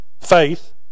faith